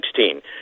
2016